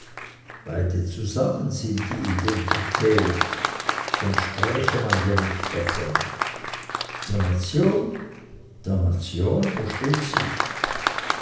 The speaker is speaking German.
beide zusammen sind die identität sonst spräche man ja nicht davon der nation der nation versteht sich